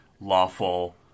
lawful